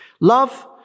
Love